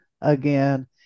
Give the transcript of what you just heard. again